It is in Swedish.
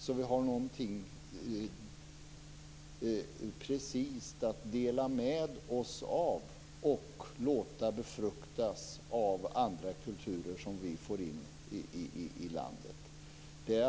På det viset får vi något precist att dela med oss av och låta befruktas av andra kulturer som vi får in i landet.